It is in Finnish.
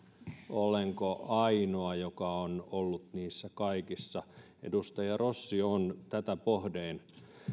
olenko ainoa joka on ollut niissä kaikissa edustaja rossi on tätä pohdin